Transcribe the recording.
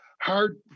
hard